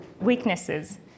weaknesses